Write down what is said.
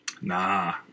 Nah